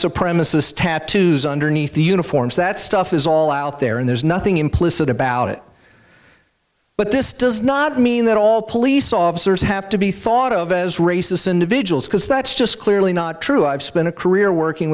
supremacist tattoos underneath the uniforms that stuff is all out there and there's nothing implicit about it but this does not mean that all police officers have to be thought of as racist individuals because that's just clearly not true i've spent a career working